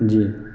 جی